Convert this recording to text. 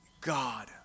God